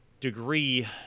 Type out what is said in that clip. degree